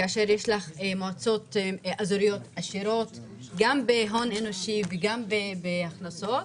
כאשר יש לך מועצות אזוריות עשירות בהון אנושי והכנסות,